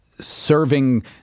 serving